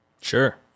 Sure